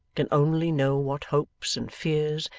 can only know what hopes, and fears,